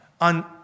on